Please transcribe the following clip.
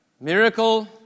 Miracle